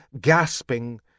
gasping